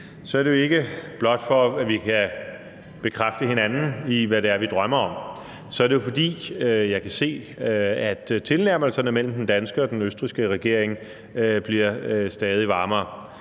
er det jo ikke blot, for at vi kan bekræfte hinanden i, hvad det er, vi drømmer om. Det er jo, fordi jeg kan se, at tilnærmelserne mellem den danske og den østrigske regering bliver stadig varmere.